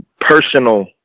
personal